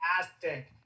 fantastic